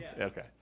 Okay